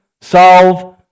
solve